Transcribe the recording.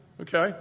Okay